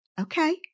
Okay